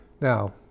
Now